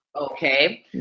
Okay